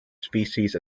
species